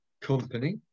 company